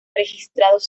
registrados